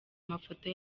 mafoto